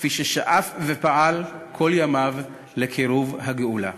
כפי ששאף ופעל כל ימיו לקירוב הגאולה.